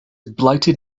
blighted